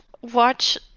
watch